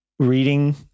reading